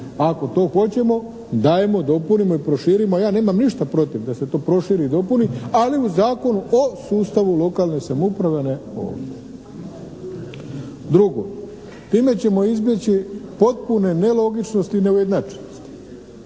Ako to hoćemo dajmo dopunimo i proširimo, ja nemam ništa protiv da se to proširi i dopuni, ali u Zakonu o sustavu lokalne samouprave, ne .../Govornik se ne razumije./ … Drugo, time ćemo izbjeći potpune nelogičnosti i neujednačenosti.